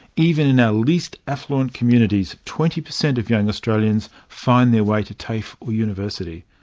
even in our least affluent communities, twenty per cent of young australians find their way to tafe or university.